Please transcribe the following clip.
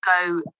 go